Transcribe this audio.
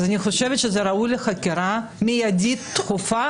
אז אני חושבת שזה ראוי לחקירה מיידית דחופה